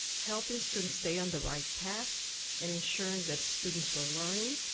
helping students stay on the right path and insuring that students were learning.